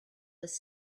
was